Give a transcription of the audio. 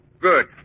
Good